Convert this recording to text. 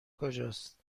کجاست